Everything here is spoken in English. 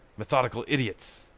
methodical idiots!